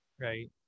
right